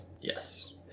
Yes